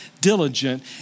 diligent